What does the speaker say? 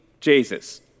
Jesus